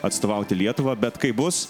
atstovauti lietuvą bet kaip bus